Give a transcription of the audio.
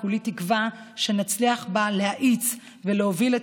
וכולי תקווה שנצליח בה להאיץ ולהוביל את